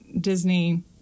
disney